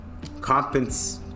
compens